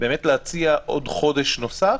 להציע עוד חודש נוסף,